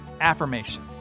affirmation